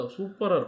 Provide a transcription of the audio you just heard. Super